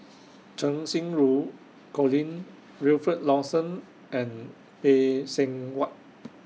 Cheng Xinru Colin Wilfed Lawson and Phay Seng Whatt